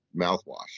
mouthwash